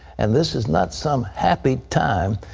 and this is not some happy time.